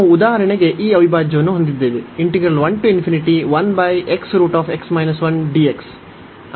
ನಾವು ಉದಾಹರಣೆಗೆ ಈ ಅವಿಭಾಜ್ಯವನ್ನು ಹೊಂದಿದ್ದೇವೆ